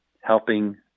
helping